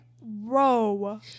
bro